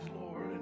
Lord